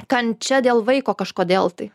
kančia dėl vaiko kažkodėl tai